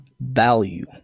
Value